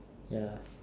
ya